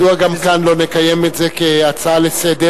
מדוע גם כאן לא נקיים את זה כהצעה לסדר,